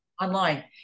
Online